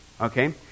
Okay